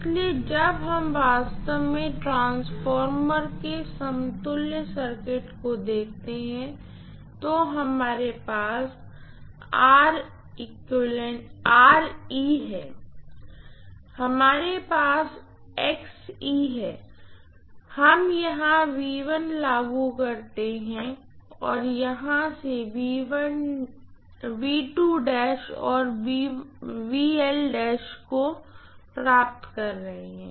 इसलिए जब हम वास्तव में ट्रांसफार्मर के समतुल्य सर्किट को देखते हैं तो हमारे पास है हमारे पास है हम यहां लागू करते हैं और हम यहां or प्राप्त कर रहे हैं